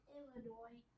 Illinois